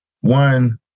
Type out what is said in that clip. one